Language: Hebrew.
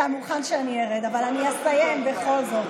אתה מוכן שאני ארד, אבל אני אסיים בכל זאת.